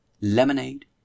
Lemonade